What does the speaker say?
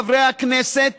חברי הכנסת,